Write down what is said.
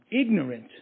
ignorant